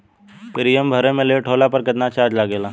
Premium भरे मे late होला पर केतना चार्ज लागेला?